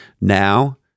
Now